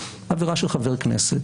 עבירה של חבר כנסת,